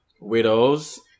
*Widows*